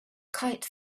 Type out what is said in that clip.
kite